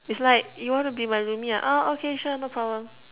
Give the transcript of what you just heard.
it's like you want to be my roomie ah {orh] okay sure no problem